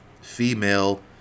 female